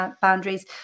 boundaries